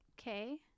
Okay